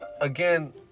again